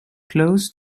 close